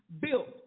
built